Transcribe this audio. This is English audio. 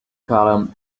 column